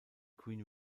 queen